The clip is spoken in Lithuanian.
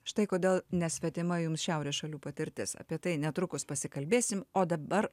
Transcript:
štai kodėl nesvetima jums šiaurės šalių patirtis apie tai netrukus pasikalbėsim o dabar